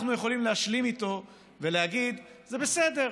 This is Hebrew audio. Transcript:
אנחנו יכולים להשלים איתו ולהגיד: זה בסדר.